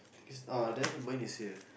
because uh there mine is here